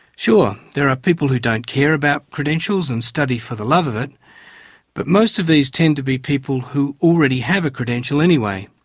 sure, there are people who don't care about credentials and study for the love of it but most of these tend to be people who already have a credential anyway.